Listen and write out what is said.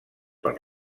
per